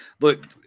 look